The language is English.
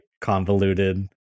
convoluted